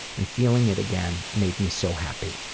and feeling it again made me so happy.